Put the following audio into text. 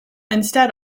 instead